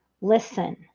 listen